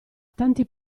tanti